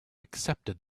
accepted